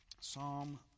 Psalm